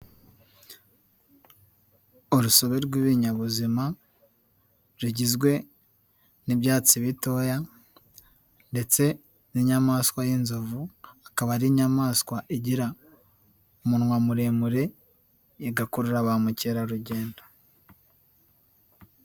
Urusobe rw'ibinyabuzima rugizwe n'ibyatsi bitoya ndetse n'inyamaswa y'inzovu, akaba ari inyamaswa igira umunwa muremure, igakurura ba mukerarugendo.